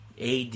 AD